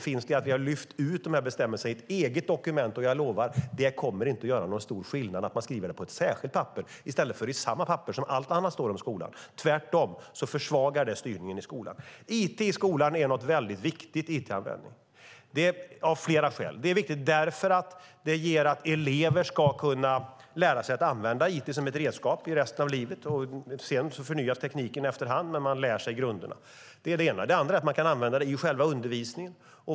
Vi har lyft ut dessa bestämmelser i ett eget dokument. Jag lovar att det inte kommer att göra någon stor skillnad att man skriver det på ett särskilt papper i stället för i samma papper där allt annat om skolan står. Tvärtom försvagar det styrningen i skolan. It i skolan är viktig it-användning, av flera skäl. Det är viktigt därför att elever ska kunna lära sig att använda it som ett redskap resten av livet. Tekniken förnyas efter hand, men man lär sig grunderna. Det är det ena. Det andra är att man kan använda it i själva undervisningen.